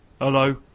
Hello